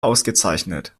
ausgezeichnet